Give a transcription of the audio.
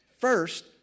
first